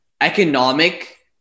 economic